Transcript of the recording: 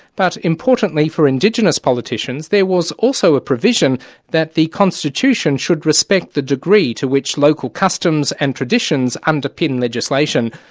but importantly for indigenous politicians, there was also a provision that the constitution should respect the degree to which local customs and traditions underpin legislation.